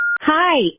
Hi